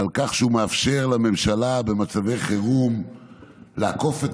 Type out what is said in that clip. ועל כך שהוא מאפשר לממשלה במצבי חירום לעקוף את